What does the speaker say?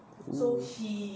cool